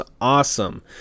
awesome